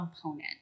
component